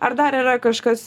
ar dar yra kažkas